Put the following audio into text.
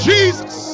Jesus